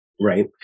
right